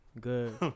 Good